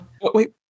wait